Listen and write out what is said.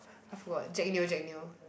I forgot jack-neo jack-neo